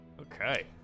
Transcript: Okay